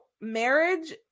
Marriage